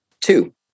Two